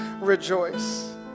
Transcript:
rejoice